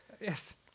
yes